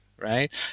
Right